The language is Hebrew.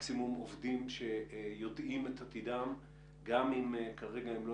מקסימום עובדים שיודעים את עתידם גם אם כרגע הם לא